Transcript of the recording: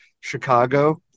Chicago